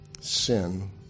sin